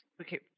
Okay